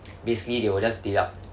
basically they will just deduct